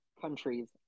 countries